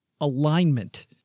alignment